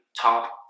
top